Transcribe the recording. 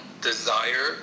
desire